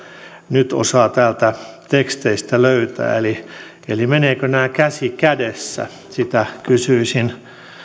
nyt osaa täältä teksteistä löytää eli eli menevätkö nämä käsi kädessä kysyisin